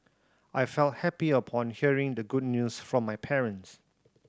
I felt happy upon hearing the good news from my parents